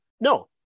no